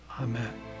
Amen